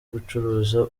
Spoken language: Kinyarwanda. gucuruza